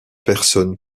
personne